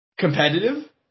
competitive